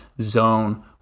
zone